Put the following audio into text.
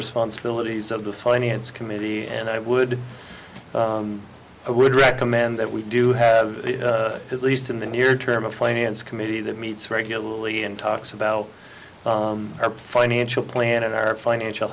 responsibilities of the finance committee and i would i would recommend that we do have at least in the near term a finance committee that meets regularly and talks about our financial plan and our financial